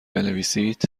بنویسید